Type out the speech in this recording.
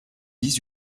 dix